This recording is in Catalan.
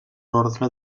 orde